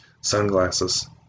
sunglasses